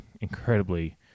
incredibly